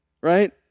right